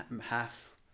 half